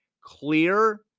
clear